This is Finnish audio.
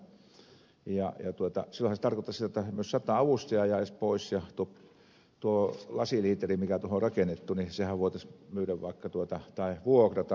silloinhan se tarkoittaisi sitä että myös sata avustajaa jäisi pois ja tuo lasiliiteri mikä tuohon on rakennettu niin sehän voitaisiin myydä vaikka tai vuokrata